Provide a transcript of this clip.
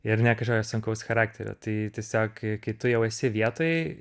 ir ne kažkokio sunkaus charakterio tai tiesiog kai kai tu jau esi vietoj